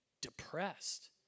depressed